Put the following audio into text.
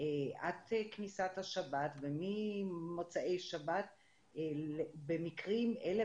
עד כניסת השבת וממוצאי שבת במקרים אלה